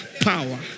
power